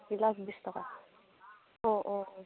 এগিলাছ বিছ টকা অঁ অঁ